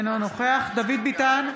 אינו נוכח דוד ביטן,